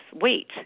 wheat